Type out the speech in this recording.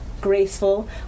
graceful